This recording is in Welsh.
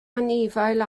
anifail